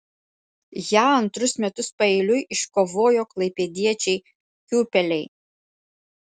ją antrus metus paeiliui iškovojo klaipėdiečiai kiūpeliai